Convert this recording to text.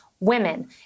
Women